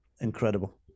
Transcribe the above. incredible